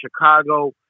Chicago